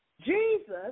Jesus